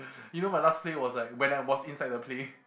you know my last play was like when I was inside the play